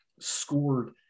scored